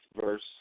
verse